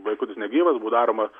vaikutis negyvas buvo daromas